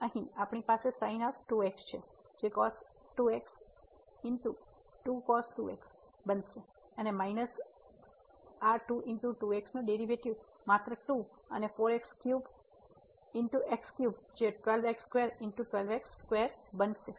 તેથી અહીં આપણી પાસે sin2x છે જે બનશે અને માઇનસ આ નું ડેરિવેટિવ માત્ર 2 અને જે બનશે